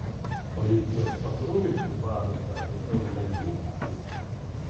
policijos patruliai subaru stabdė sausgalvių kaime